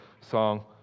song